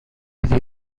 دیدی